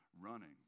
running